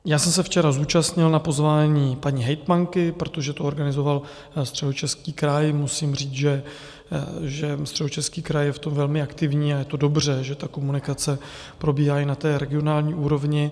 Já jsem se včera zúčastnil na pozvání paní hejtmanky, protože to organizoval Středočeský kraj musím říct, že Středočeský kraj je v tom velmi aktivní a je to dobře, že komunikace probíhá i na regionální úrovni.